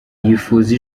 yifuza